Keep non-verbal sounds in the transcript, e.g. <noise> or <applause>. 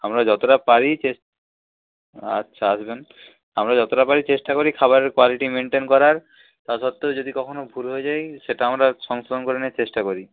আমরা যতোটা পারি <unintelligible> আচ্ছা আসবেন আমরা যতোটা পারি চেষ্টা করি খাবারের কোয়ালিটি মেনটেন করার তা সত্ত্বেও যদি কখনো ভুল হয়ে যায় সেটা আমরা সংশোধন করে নেওয়ার চেষ্টা করি